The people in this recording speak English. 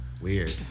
Weird